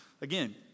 Again